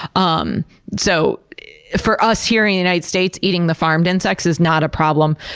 um so for us here in the united states, eating the farmed insects is not a problem.